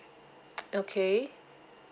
okay